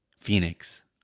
Phoenix